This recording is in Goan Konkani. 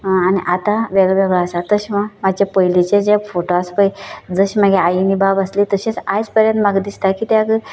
आनी आता वेगळो वेगळो आसा तशें म्हण म्हाजे पयलीचें जे फोटो आस पळय जशें म्हागे आई आनी बाब आसलीं तशेंच आज पर्यंत म्हाका दिसता कित्याक